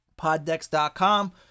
poddex.com